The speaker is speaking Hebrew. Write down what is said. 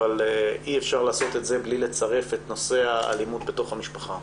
אבל אי אפשר לעשות את זה בלי לצרף את נושא האלימות בתוך המשפחה,